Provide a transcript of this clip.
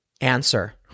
answer